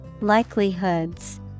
Likelihoods